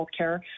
healthcare